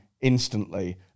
instantly